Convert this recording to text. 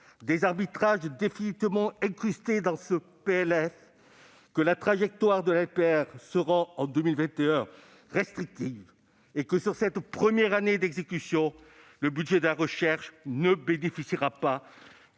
des arbitrages définitivement incrustés dans ce PLF que la trajectoire de la LPR sera en 2021 restrictive et que pour cette première année d'exécution le budget de la recherche ne bénéficiera que